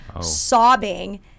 sobbing